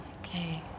Okay